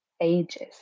ages